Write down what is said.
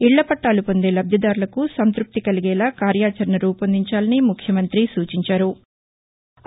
ఇళ్లపట్టాలు పొందే లబ్దిదారులకు సంతృప్తి కలిగేలా కార్యాచరణ రూపొందించాలని ముఖ్యమంతి పేర్కొన్నారు